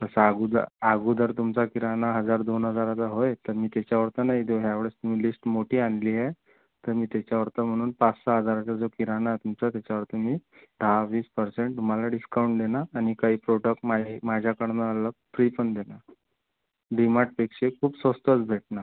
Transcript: तसा आगुद अगोदर तुमचा किराणा हजार दोन हजाराचा होय तर मी त्याच्यावर पण दे ह्यावेळेस तुम्ही लिस्ट मोठी आणली आहे तर मी त्याच्यावर तर म्हणून पाच सहा हजाराचा जो किराणा आहे तुमचा तर त्याच्यावरती मी दहा वीस पर्सेंट तुम्हाला डिस्काऊंट देणार आणि काही प्रोडक्ट माझ्या माझ्याकडून मला फ्री पण देणार डी मार्टपेक्षाही खूप स्वस्तच भेटणार